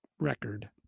record